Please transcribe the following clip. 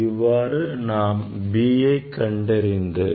இவ்வாறு நாம் Bஐ கண்டறியலாம்